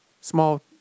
small